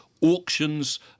auctions